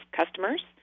customers